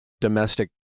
domestic